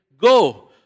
Go